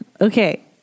okay